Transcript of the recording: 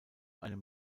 einem